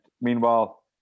meanwhile